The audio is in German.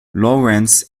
lawrence